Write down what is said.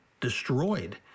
destroyed